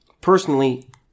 Personally